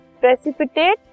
precipitate